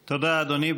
תודה, אדוני.